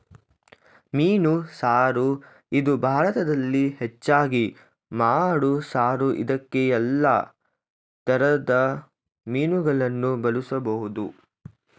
ಮೀನು ಸಾರು ಇದು ಭಾರತದಲ್ಲಿ ಹೆಚ್ಚಾಗಿ ಮಾಡೋ ಸಾರು ಇದ್ಕೇ ಯಲ್ಲಾ ತರದ್ ಮೀನುಗಳನ್ನ ಬಳುಸ್ಬೋದು